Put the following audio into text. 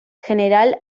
general